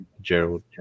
gerald